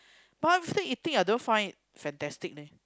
but I'm still eating I don't find it fantastic leh